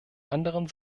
anderen